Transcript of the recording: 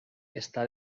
está